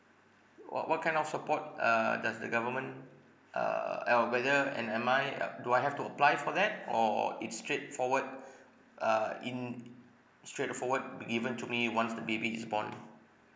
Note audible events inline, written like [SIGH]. what what kind of support uh does the government err or whether am am I ap~ do I have to apply for that or it's straightforward [BREATH] uh in straightforward be given to me once the baby is born